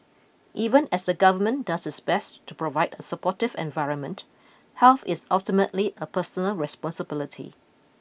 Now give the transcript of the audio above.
even as the government does its best to provide a supportive environment health is ultimately a personal responsibility